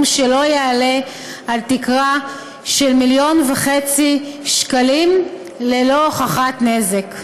שלא יעלה על תקרה של 1.5 מיליון שקלים ללא הוכחת נזק.